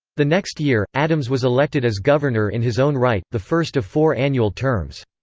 the next year, adams was elected as governor in his own right, the first of four annual terms.